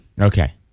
Okay